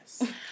Yes